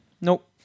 Nope